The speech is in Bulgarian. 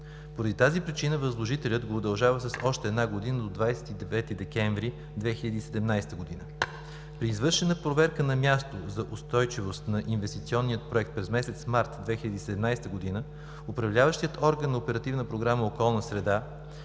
По тази причина възложителят го удължава с още една година – до 29 декември 2017 г. При извършена проверка на място за устойчивост на инвестиционния проект през месец март 2017 г. от управляващия орган на Оперативна програма „Околна среда“